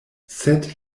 sed